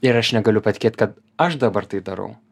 ir aš negaliu patikėt kad aš dabar tai darau